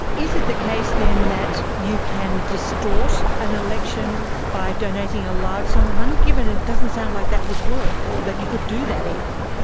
is it the case then that you can distort an election by donating a large sum of money given it doesn't sound like that would work or that you could do that even?